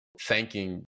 thanking